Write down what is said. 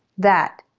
that,